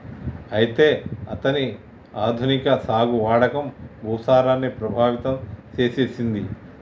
అయితే అతని ఆధునిక సాగు వాడకం భూసారాన్ని ప్రభావితం సేసెసింది